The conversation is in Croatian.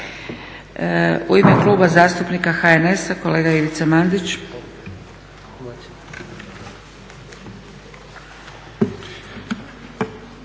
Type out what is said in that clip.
U ime Kluba zastupnika HNS-a kolega Ivica Mandić.